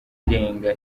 irenga